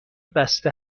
بسته